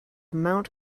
mount